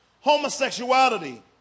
homosexuality